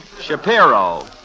Shapiro